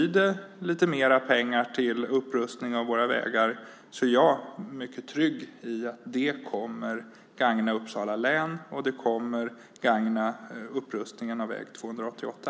Om det blir lite mer pengar till upprustning av våra vägar känner jag mig mycket trygg i att det kommer att gagna Uppsala län och upprustningen av väg 288.